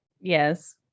Yes